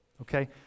Okay